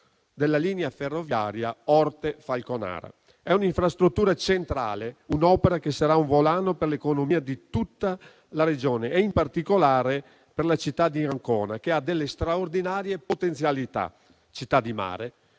della linea ferroviaria Orte-Falconara. È un'infrastruttura centrale, un'opera che sarà un volano per l'economia di tutta la Regione, in particolare per la città di Ancona, che ha delle straordinarie potenzialità. Città di mare